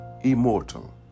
immortal